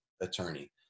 attorney